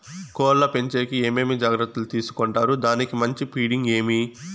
కోళ్ల పెంచేకి ఏమేమి జాగ్రత్తలు తీసుకొంటారు? దానికి మంచి ఫీడింగ్ ఏమి?